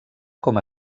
com